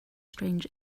strange